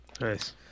Nice